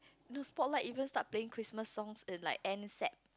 the Spotlight even start playing Christmas songs in like end Sep